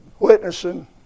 Witnessing